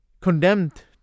condemned